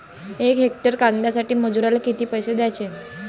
यक हेक्टर कांद्यासाठी मजूराले किती पैसे द्याचे?